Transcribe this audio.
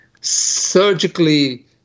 surgically